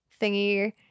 thingy